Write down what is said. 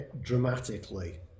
Dramatically